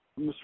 mr